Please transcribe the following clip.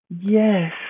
Yes